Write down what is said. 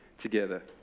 together